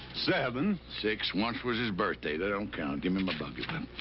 seven. six. once was his birthday. that don't count. give me my buggy whip.